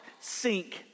sink